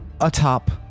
atop